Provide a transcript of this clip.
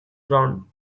ground